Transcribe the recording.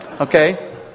Okay